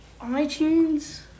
iTunes